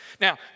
Now